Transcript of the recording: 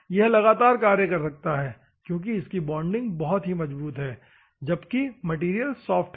यह लगातार कार्य कर सकता है क्योंकि इसकी बॉन्डिंग बहुत ही मजबूत है जबकि मैटेरियल सॉफ्ट है